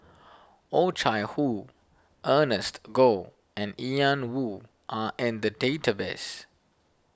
Oh Chai Hoo Ernest Goh and Ian Woo are in the database